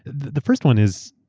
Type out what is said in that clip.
the the first one is,